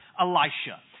Elisha